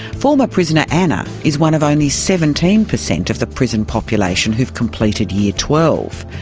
former prisoner anna is one of only seventeen percent of the prison population who've completed year twelve.